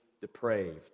depraved